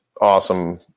awesome